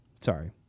Sorry